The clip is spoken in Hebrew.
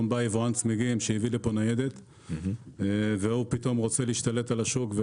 בא יבואן צמיגים שהביא לכאן ניידת ורוצה להשתלט על השוק.